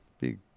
Big